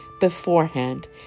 beforehand